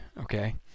okay